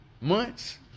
months